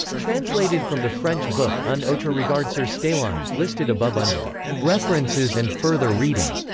translated from the french book un autre regard sur staline, listed above under references and further reading.